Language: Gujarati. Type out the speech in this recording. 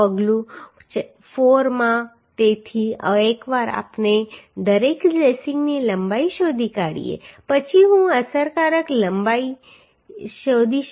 પગલું 4 માં તેથી એકવાર આપણે દરેક લેસિંગની લંબાઈ શોધી કાઢીએ પછી હું અસરકારક લંબાઈ શોધી શકું